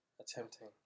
attempting